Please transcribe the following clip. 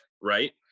Right